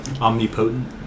omnipotent